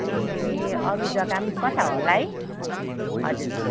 ए अरू जगा कता होला है हजुर